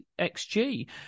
XG